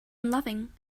unloving